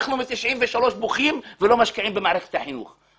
אנחנו מאז בוכים ולא משקיעים במערכת החינוך.